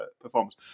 performance